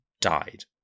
died